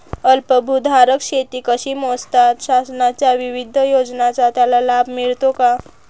अल्पभूधारक शेती कशी मोजतात? शासनाच्या विविध योजनांचा त्याला लाभ मिळतो का?